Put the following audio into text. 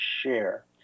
share